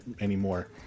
anymore